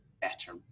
better